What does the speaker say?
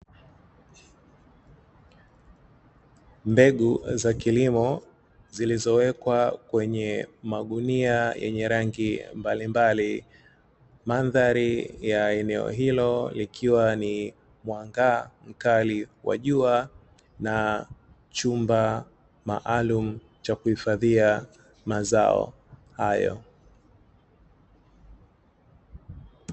Mbegu za kilimo zilizowekwa kwenye magunia yenye rangi mbalimbali, mandhari ya eneo hilo likiwa ni mwanga mkali wa jua na chumba maalumu cha kuhifadhia mazao hayo.